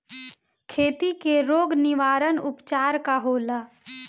खेती के रोग निवारण उपचार का होला?